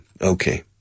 Okay